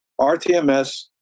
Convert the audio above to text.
RTMS